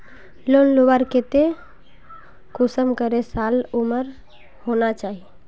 Loan लुबार केते कुंसम करे साल उमर होना चही?